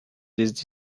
this